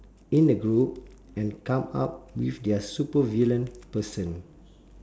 in the group and come up with their supervillain person